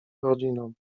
rodziną